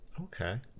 Okay